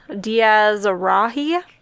Diaz-Rahi